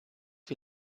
wie